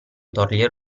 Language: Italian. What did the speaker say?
toglier